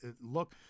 look